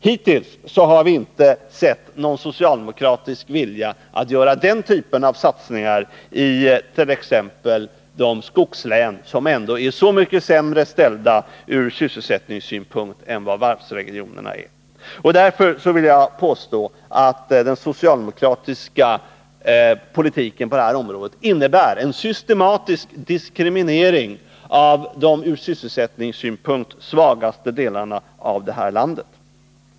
Hittills har vi inte sett någon socialdemokratisk vilja att göra den typen av satsningar i t.ex. de skogslän som ändå är så mycket sämre ställda ur sysselsättningssynpunkt än vad varvsregionerna är. Därför vill jag påstå att den socialdemokratiska politiken på det här området innebär en systematisk diskriminering av de ur sysselsättningssynpunkt svagaste delarna av det här landet.